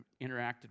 interacted